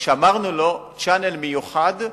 שמרנו לו channel מיוחד,